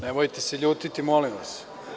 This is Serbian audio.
Nemojte se ljutiti molim vas.